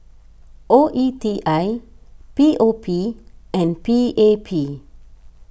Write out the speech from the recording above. O E T I P O P and P A P